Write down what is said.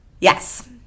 Yes